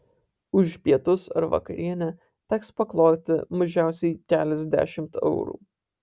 už pietus ar vakarienę teks pakloti mažiausiai keliasdešimt eurų